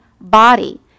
body